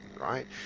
right